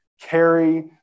carry